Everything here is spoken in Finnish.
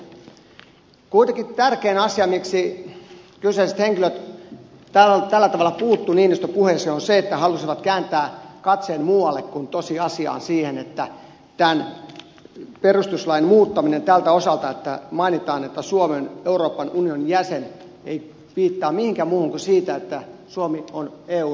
kuitenkin tärkein syy miksi kyseiset henkilöt tällä tavalla puuttuivat niinistön puheeseen on se että he halusivat kääntää katseen muualle kuin tosiasiaan siihen että perustuslain muuttaminen tältä osalta että mainitaan että suomi on euroopan unionin jäsen ei viittaa mihinkään muuhun kuin siihen että suomi on eun sylikoira